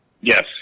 Yes